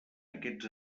aquests